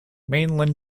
mainland